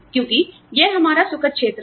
क्योंकि यह हमारा सुखद क्षेत्र है